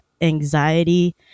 anxiety